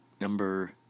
number